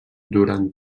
durant